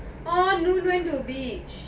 all you going to beach